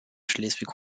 schleswig